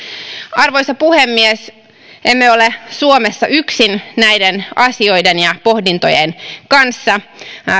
arvoisa puhemies emme ole suomessa yksin näiden asioiden ja pohdintojen kanssa